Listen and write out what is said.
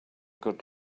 good